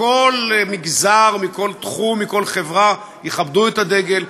מכל מגזר, מכל תחום, מכל חברה, יכבדו את הדגל.